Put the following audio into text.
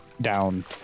down